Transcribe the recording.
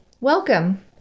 Welcome